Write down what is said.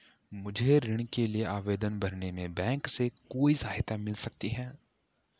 मुझे ऋण के लिए आवेदन भरने में बैंक से कोई सहायता मिल सकती है?